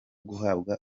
guhabwa